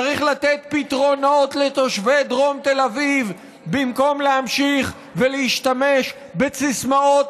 צריך לתת פתרונות לתושבי דרום תל אביב במקום להמשיך ולהשתמש בסיסמאות